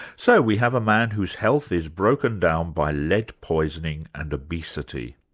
so we have a man whose health is broken down by lead poisoning and obesity.